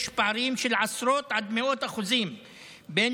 יש פערים של עשרות עד מאות אחוזים בין